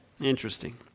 Interesting